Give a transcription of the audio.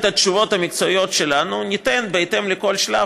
את התשובות המקצועיות שלנו ניתן בהתאם לכל שלב,